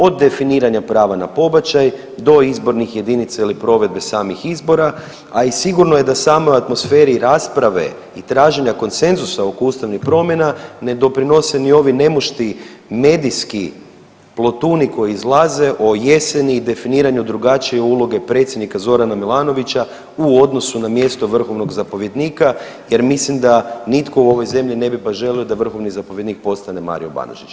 Od definiranja prava na pobačaj do izbornih jedinica ili provedbe samih izbora, a i sigurno je da samoj atmosferi rasprave i traženja konsenzusa oko ustavnih promjena ne doprinose ni ovi nemušti medijski plotuni koji izlaze o jeseni i definiranju drugačije uloge predsjednika Zorana Milanovića u odnosu na mjesto vrhovnog zapovjednika jer mislim da nitko u ovoj zemlji ne bi baš želio da vrhovni zapovjednik postane Mario Banožić.